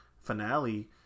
finale